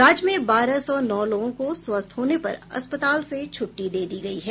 राज्य में बारह सौ नौ लोगों को स्वस्थ होने पर अस्पताल से छुट्टी दे दी गयी है